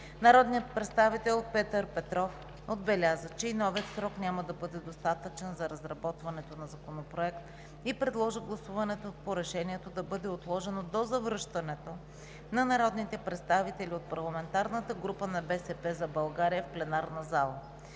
Народният представител Петър Петров отбеляза, че и новият срок няма да бъде достатъчен за разработването на Законопроекта, и предложи гласуването по решението да бъде отложено до завръщането на народните представители от парламентарната група на „БСП за България“ в пленарната зала.